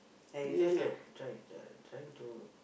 and he just like try uh trying to